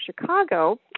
Chicago